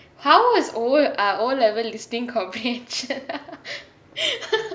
how is O ah O level listening comprehension